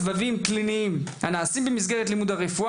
סבבים קליניים הנעשים במסגרת לימודי הרפואה